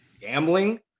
gambling